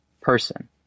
person